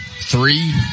three